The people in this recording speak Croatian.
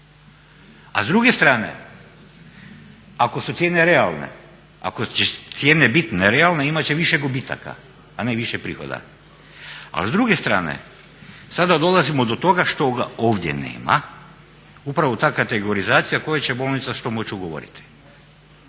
A s druge strane ako su cijene realne, ako će cijene biti nerealne imat će više gubitaka a ne više prihoda, a s druge strane sada dolazimo do toga što ovdje nema upravo ta kategorizacija koja će bolnica što moći ugovoriti